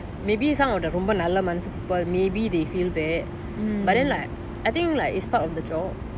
maybe some of the ரொம்ப நல்ல மனசு:romba nalla manasu ones but maybe they feel bad but then like I think like it's part of the job